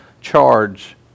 charge